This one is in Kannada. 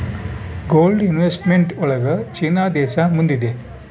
ಗೋಲ್ಡ್ ಇನ್ವೆಸ್ಟ್ಮೆಂಟ್ ಒಳಗ ಚೀನಾ ದೇಶ ಮುಂದಿದೆ